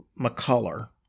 McCuller